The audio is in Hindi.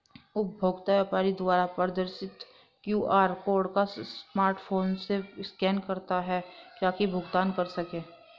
उपभोक्ता व्यापारी द्वारा प्रदर्शित क्यू.आर कोड को स्मार्टफोन से स्कैन करता है ताकि भुगतान कर सकें